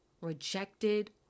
rejected